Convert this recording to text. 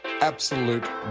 Absolute